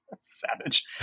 Savage